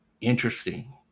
Interesting